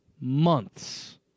months